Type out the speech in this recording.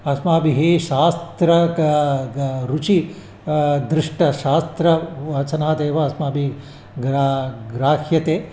अस्माभिः शास्त्ररुचिः क ग दृष्टा शास्त्रवचनादेव अस्माभिः ग्रा ग्राह्यते